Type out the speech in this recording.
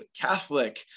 Catholic